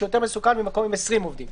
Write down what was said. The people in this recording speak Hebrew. שיותר מסוכן ממקום עם 20 עובדים,